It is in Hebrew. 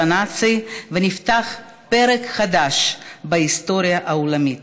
הנאצי ונפתח פרק חדש בהיסטוריה העולמית.